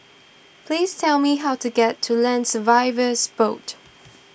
please tell me how to get to Land Surveyors Board